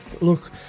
look